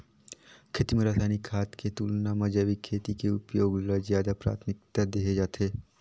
खेती म रसायनिक खाद के तुलना म जैविक खेती के उपयोग ल ज्यादा प्राथमिकता देहे जाथे